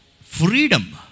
freedom